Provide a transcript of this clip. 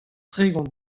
tregont